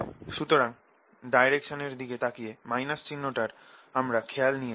সুতরাং ডাইরেকশনের দিকে তাকিয়ে চিহ্নটার আমরা খেয়াল নিয়েছি